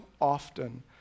often